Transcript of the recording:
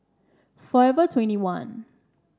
forever twenty one